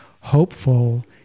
hopeful